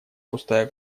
пустая